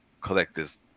collectors